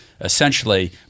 essentially